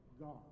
God